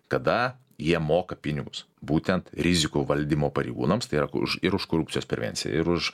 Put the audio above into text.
kada jie moka pinigus būtent rizikų valdymo pareigūnams tai yra už ir už korupcijos prevenciją ir už